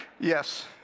Yes